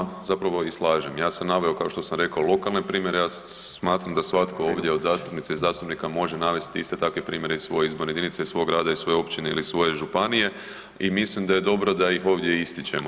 Ja se s vama zapravo i slažem, ja sam naveo kao što sam rekao lokalne primjere, ja smatram da svatko ovdje od zastupnica i zastupnika može navesti iste takve primjere iz svoje izborne jedinice, iz svoj grada, iz svoje općine ili svoje županije i mislim da je dobro da ih ovdje ističemo.